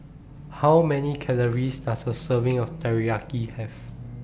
How Many Calories Does A Serving of Teriyaki Have